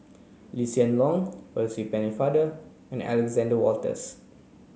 Lee Hsien Loong Percy Pennefather and Alexander Wolters